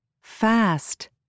Fast